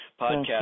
podcast